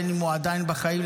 בין שהוא עדיין בחיים,